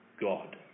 God